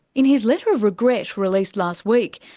in his letter of regret released last week,